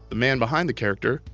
the man behind the character,